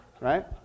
Right